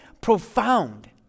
profound